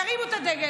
תרימו את הדגל.